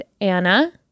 Anna